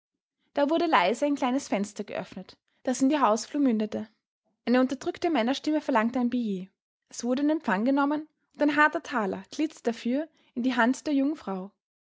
da wurde leise ein kleines fenster geöffnet das in die hausflur mündete eine unterdrückte männerstimme verlangte ein billet es wurde in empfang genommen und ein harter thaler glitt dafür in die hand der jungen